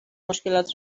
مشکلات